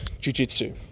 jiu-jitsu